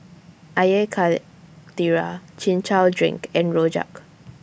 Air Karthira Chin Chow Drink and Rojak